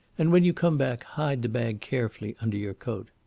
and when you come back hide the bag carefully under your coat.